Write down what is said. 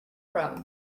from